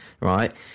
right